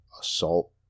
assault